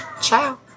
Ciao